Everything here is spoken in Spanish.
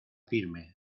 firme